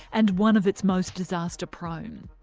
and one of its most disaster-prone.